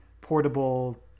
portable